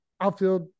outfield